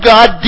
God